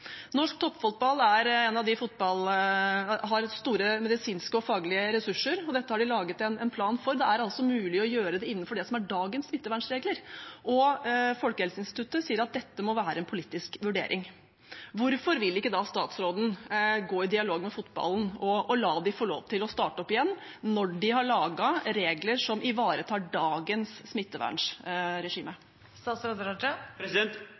har store medisinske og faglige ressurser, og dette har de laget en plan for. Det er altså mulig å gjøre det innenfor det som er dagens smittevernregler, og Folkehelseinstituttet sier at dette må være en politisk vurdering. Hvorfor vil ikke da statsråden gå i dialog med fotballen og la dem få lov til å starte opp igjen når de har laget regler som ivaretar dagens